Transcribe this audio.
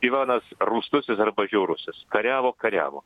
ivanas rūstusis arba žiaurusis kariavo kariavo